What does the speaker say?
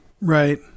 Right